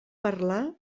parlar